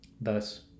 thus